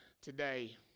today